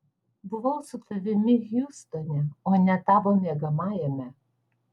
buvau su tavimi hjustone o ne tavo miegamajame